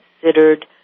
considered